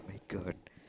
!my god!